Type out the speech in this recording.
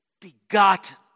begotten